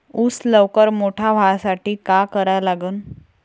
ऊस लवकर मोठा व्हासाठी का करा लागन?